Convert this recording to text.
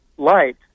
light